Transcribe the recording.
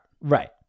Right